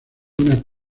una